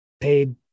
paid